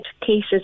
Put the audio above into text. cases